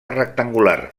rectangular